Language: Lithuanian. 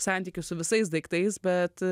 santykius su visais daiktais bet